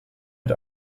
mit